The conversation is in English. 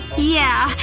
yeah,